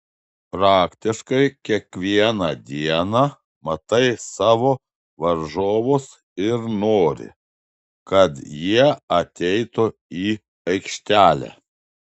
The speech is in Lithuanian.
praktiškai kiekvieną dieną matai savo varžovus ir nori kad jie ateitų į aikštelę